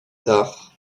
tard